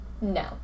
No